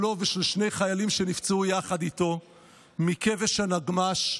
שלו ושל שני חיילים שנפצעו יחד איתו מכבש הנגמ"ש,